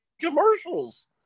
Commercials